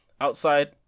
Outside